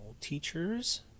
teachers